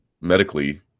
medically